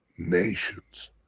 Nations